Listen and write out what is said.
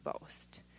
boast